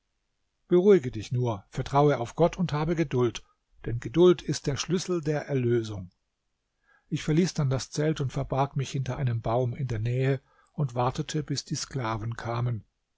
beruhige dich nur vertraue auf gott und habe geduld denn geduld ist der schlüssel der erlösung ich verließ dann das zelt und verbarg mich hinter einem baum in der nähe und wartete bis die sklaven kamen